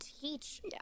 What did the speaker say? teach